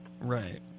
Right